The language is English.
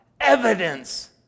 evidence